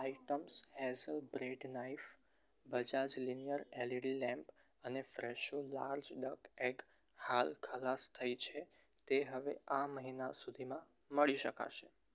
items hazel bread knife Bajaj linear LED lamp અને Fresho large duck egg હાલ ખલાસ થઇ છે તે હવે આ મહિના સુધીમાં મળી શકાશે